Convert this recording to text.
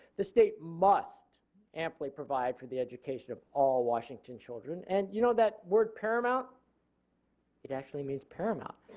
the state must amply provide for the education of all washington children. and you know that word paramount it actually means paramount.